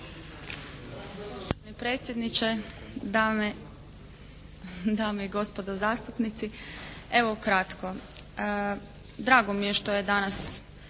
Hvala vam